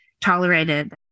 tolerated